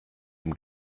dem